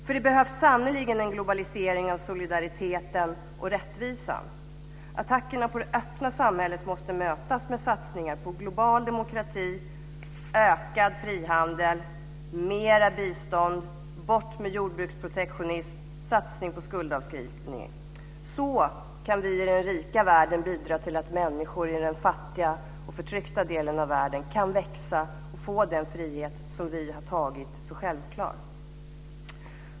För det behövs sannerligen en globalisering av solidariteten och rättvisan. Attackerna på det öppna samhället måste mötas med satsningar på global demokrati, ökad frihandel, mera bistånd, borttagande av jorbruksprotektionism, satsning på skuldavskrivningen. Så kan vi i den rika världen bidra till att människor i den fattiga och förtryckta delen av världen kan växa och få den frihet som vi har tagit för självklar.